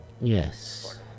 Yes